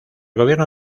gobierno